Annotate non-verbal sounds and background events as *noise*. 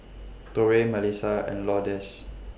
*noise* Torey Mellisa and Lourdes